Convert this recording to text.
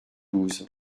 douze